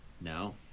no